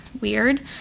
weird